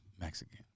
Mexican